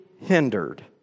hindered